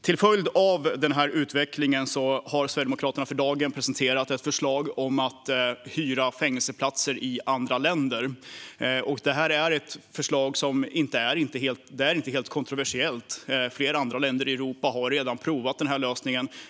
Till följd av denna utveckling har Sverigedemokraterna presenterat ett förslag om att hyra fängelseplatser i andra länder. Detta är ett förslag som inte är särskilt kontroversiellt; flera andra länder i Europa har redan provat denna lösning.